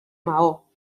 maó